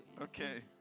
Okay